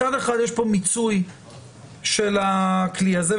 מצד אחד יש מיצוי של הכלי הזה,